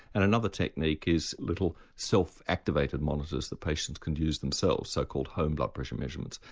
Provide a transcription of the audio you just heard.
and another technique is little self activated monitors the patients can use themselves, so-called home blood pressure measurements.